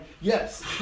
yes